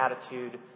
attitude